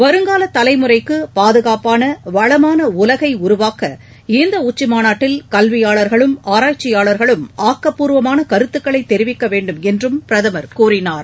வருங்கால தலைமுறைக்கு பாதுகாப்பான வளமான உலகை உருவாக்க இந்த உச்சிமாநாட்டில் கல்வியாளர்களும் ஆராய்ச்சியாளர்களும் ஆக்கப்பூர்வமான கருத்துக்களை தெரிவிக்க வேண்டும் என்றும் பிரதமர் கூறினார்